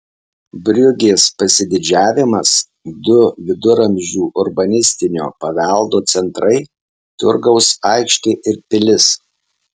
briugės pasididžiavimas du viduramžių urbanistinio paveldo centrai turgaus aikštė ir pilis